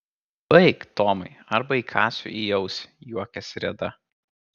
baik tomai arba įkąsiu į ausį juokėsi reda